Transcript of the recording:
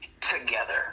together